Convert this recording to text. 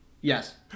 Yes